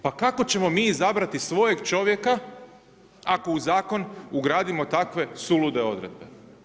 Pa kako ćemo izabrati svojeg čovjeka, ako u zakon ugradimo takve sulude odredbe.